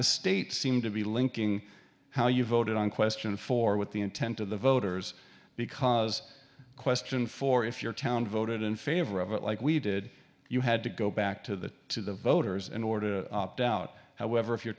the state seemed to be linking how you voted on question four with the intent of the voters because question for if your town voted in favor of it like we did you had to go back to the voters in order to doubt however if your